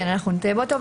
כן, אנחנו נטייב אותו.